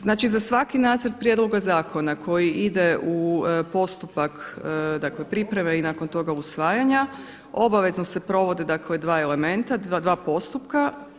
Znači za svaki nacrt prijedloga zakona koji ide u postupak dakle pripreme i nakon toga usvajanja obavezno se provode dakle dva elementa, dva postupka.